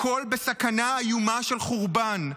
הכול בסכנה איומה של חורבן.